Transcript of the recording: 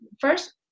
first